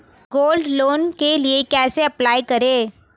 Gold loan के लिए कैसे अप्लाई करें?